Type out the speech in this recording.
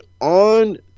on